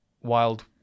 Wild